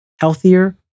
healthier